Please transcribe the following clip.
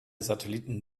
satelliten